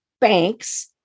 banks